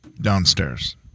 downstairs